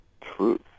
truth